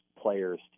players